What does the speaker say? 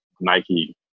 Nike